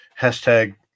hashtag